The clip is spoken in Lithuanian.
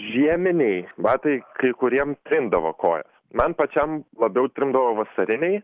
žieminiai batai kai kuriem trindavo kojas man pačiam labiau trindavo vasariniai